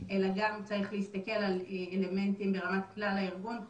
אלא גם צריך להסתכל על אלמנטים ברמת כלל הארגון.